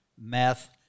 meth